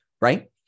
right